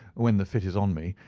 when the fit is on me,